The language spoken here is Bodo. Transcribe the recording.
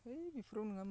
है बेफोराव नोङामोन